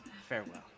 farewell